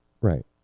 Right